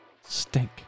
stink